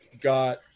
got